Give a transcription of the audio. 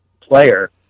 player